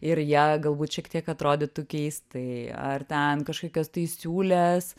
ir jie galbūt šiek tiek atrodytų keistai ar ten kažkokios tai siūlės